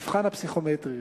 המבחן הפסיכומטרי,